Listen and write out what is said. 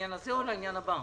נציגי משרד המשפטים